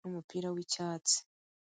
n'umupira w'icyatsi.